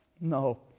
No